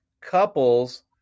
couples